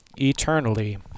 eternally